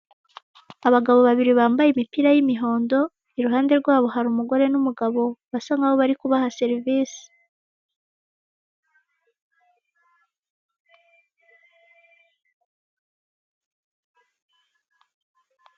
Abagabo babiri bambaye imipira y'umihondo, iruhande rwabo hari umugore n'umugabo basa nk'aho bari kubaha serivisi.